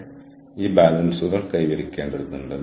ഏത് തരത്തിലുള്ള വിഭവങ്ങളാണുള്ളത് നിങ്ങൾ അവ നൽകുന്നുണ്ടോ